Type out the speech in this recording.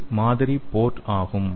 இது மாதிரி போர்ட் ஆகும்